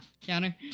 counter